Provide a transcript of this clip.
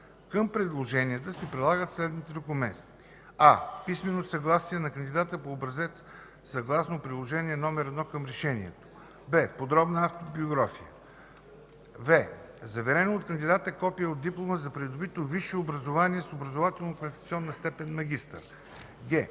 Към предложенията се прилагат следните документи: